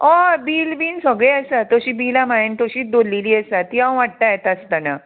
हय बील बीन सगळीं आसा तशीं बिलां म्हायन तशींच दवरलेली आसा ती हांव हाडटां येता आसतना